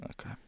okay